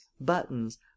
buttons